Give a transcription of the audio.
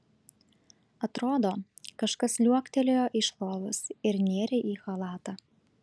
atrodo kažkas liuoktelėjo iš lovos ir nėrė į chalatą